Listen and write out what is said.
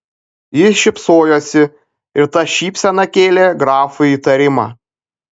ji šypsojosi ir ta šypsena kėlė grafui įtarimą